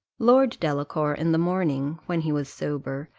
lord delacour, in the morning, when he was sober,